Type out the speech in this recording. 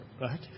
right